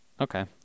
Okay